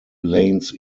lanes